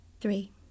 Three